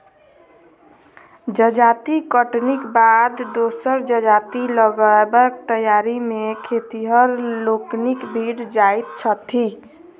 जजाति कटनीक बाद दोसर जजाति लगयबाक तैयारी मे खेतिहर लोकनि भिड़ जाइत छथि